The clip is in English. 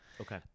Okay